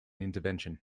intervention